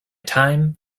time